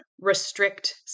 restrict